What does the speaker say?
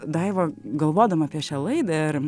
daiva galvodama apie šią laidą ir